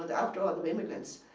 and after ah and immigrants.